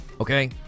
okay